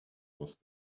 was